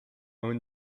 own